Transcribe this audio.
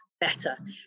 better